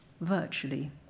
virtually